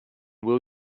will